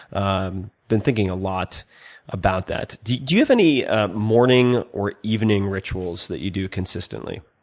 um been thinking a lot about that. do you do you have any morning or evening rituals that you do consistently,